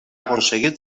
aconseguir